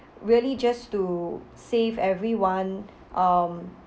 really just to save everyone um